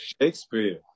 Shakespeare